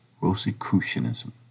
Rosicrucianism